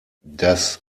das